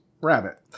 rabbit